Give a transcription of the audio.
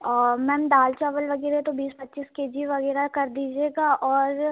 और मैम दाल चावल वगैरह तो बीस पच्चीस के जी वगैरह कर दीजिएगा और